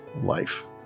life